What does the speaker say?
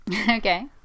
Okay